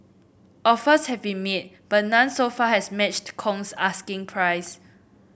offers have been made but none so far has matched Kong's asking price